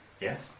Yes